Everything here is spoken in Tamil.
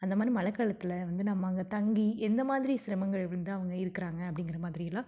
அந்த மாதிரி மழை காலத்தில் வந்து நம்ம அங்கே தங்கி எந்த மாதிரி சிரமங்கள் வந்து அவங்க இருக்கிறாங்க அப்படிங்கற மாதிரி எல்லாம்